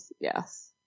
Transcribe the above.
yes